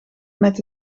met